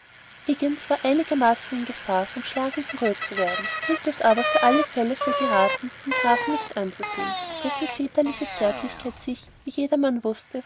higgins war einigermaßen in gefahr vom schlage gerührt zu werden und hielt es für alle fälle für geraten den grafen nicht anzusehen dessen väterliche zärtlichkeit sich wie jedermann wußte